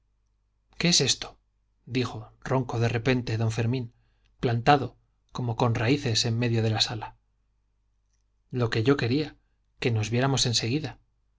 qué es esto dijo ronco de repente don fermín plantado como con raíces en medio de la sala lo que yo quería que nos viéramos